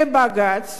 אם בג"ץ,